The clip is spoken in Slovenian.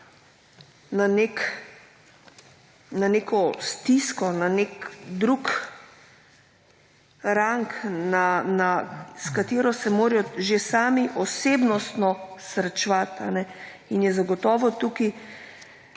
na neko stisko, na nek drug rang, s katero se morajo že sami osebnostno srečevati, a ne, in je zagotovo tukaj